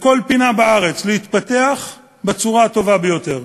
לכל פינה בארץ להתפתח בצורה הטובה ביותר.